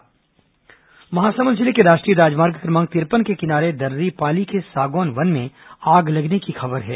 महासमुंद जंगल आग महासमुंद जिले के राष्ट्रीय राजमार्ग क्रमांक तिरपन के किनारे दर्रीपाली के सागौन वन में आग लगने की खबर है